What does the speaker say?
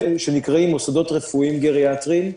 שנקראים מוסדות רפואיים גריאטריים,